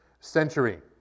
century